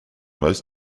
most